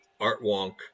Artwonk